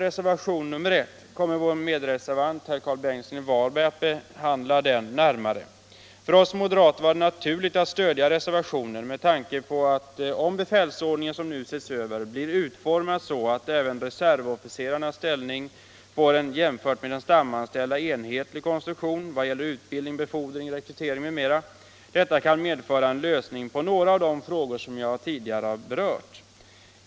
Reservationen I kommer vår medreservant herr Karl Bengtsson i Varberg att behandla närmare. För oss moderater var det naturligt att stödja reservationen med tanke på att om befälsordningen som ses över blir utformad så att även reservofficerarnas ställning får en jämfört med de stamanställdas enhetlig konstruktion i vad gäller utbildning, befordran, rekrytering m.m., kan detta medföra en lösning på några av de frågor som jag tidigare berört.